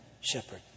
shepherd